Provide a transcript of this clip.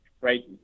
Right